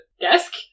desk